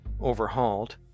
overhauled